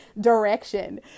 direction